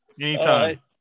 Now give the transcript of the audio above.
Anytime